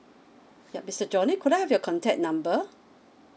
yup mr johnny could I have your contact number